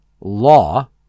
law